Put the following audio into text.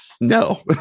No